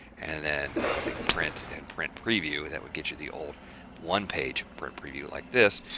and then, i think, print and print preview. that would get you the old one page print preview like this,